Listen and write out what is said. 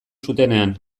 zutenean